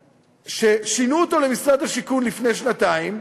ששינו אותו למשרד הבינוי לפני שנתיים,